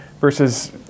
versus